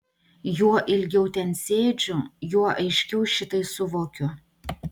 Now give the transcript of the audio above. juo ilgiau ten sėdžiu juo aiškiau šitai suvokiu